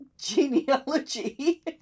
genealogy